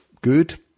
good